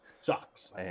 sucks